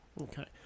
Okay